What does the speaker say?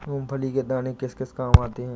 मूंगफली के दाने किस किस काम आते हैं?